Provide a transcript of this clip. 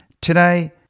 Today